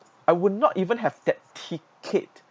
I would not even have that ticket